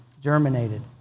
germinated